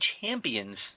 champions